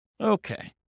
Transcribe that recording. Okay